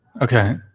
Okay